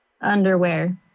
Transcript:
underwear